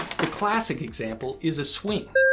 the classic example is a swing.